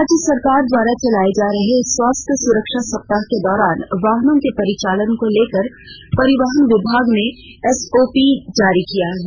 राज्य सरकार द्वारा चलाए जा रहे स्वास्थ्य सुरक्षा सप्ताह के दौरान वाहनों के परिचालन को लेकर परिवहन विभाग ने एसओपी जारी किया है